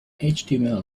html